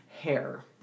Hair